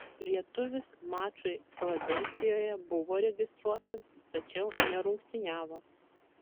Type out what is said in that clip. lietuvis mačui filadelfijoje buvo registruotas tačiau nerungtyniavo